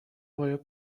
باید